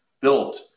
built